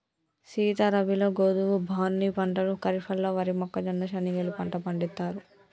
సీత రబీలో గోధువు, బార్నీ పంటలు ఖరిఫ్లలో వరి, మొక్కజొన్న, శనిగెలు పంట పండిత్తారు